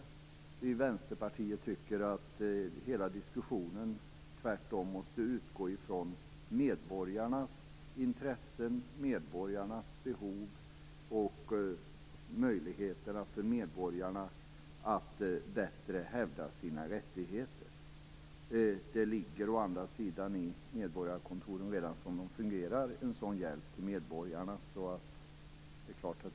Vi i Vänsterpartiet tycker att hela diskussionen tvärtom måste utgå ifrån medborgarnas intressen och behov, och deras möjligheter att bättre hävda sina rättigheter. En sådan hjälp till medborgarna ligger å andra sidan redan nu i medborgarkontoren som de nu fungerar.